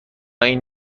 این